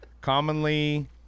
commonly